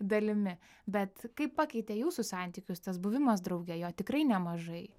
dalimi bet kaip pakeitė jūsų santykius tas buvimas drauge jo tikrai nemažai